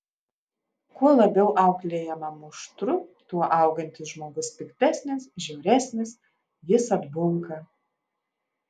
kuo labiau auklėjama muštru tuo augantis žmogus piktesnis žiauresnis jis atbunka